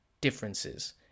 differences